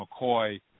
McCoy